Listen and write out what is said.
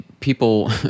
People